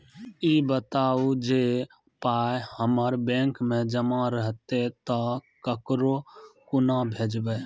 ई बताऊ जे पाय हमर बैंक मे जमा रहतै तऽ ककरो कूना भेजबै?